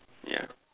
yeah